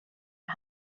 det